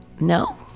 no